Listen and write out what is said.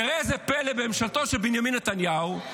וראה זה פלא, בממשלתו של בנימין נתניהו,